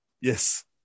Yes